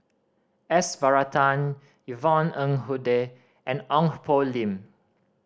S Varathan Yvonne Ng Uhde and Ong Poh Lim